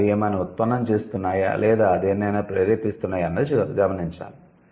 అవి ఏమైనా ఉత్పన్నం చేస్తున్నాయా లేదా దేన్నైనా ప్రేరేపిస్తున్నాయా అన్నది గమనించాలి